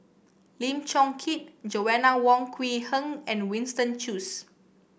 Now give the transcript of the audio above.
Lim Chong Keat Joanna Wong Quee Heng and Winston Choos